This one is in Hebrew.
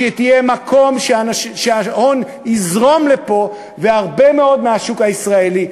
כשהיא תהיה מקום שההון יזרום אליו והרבה מאוד מהשוק הישראלי,